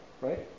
right